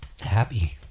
happy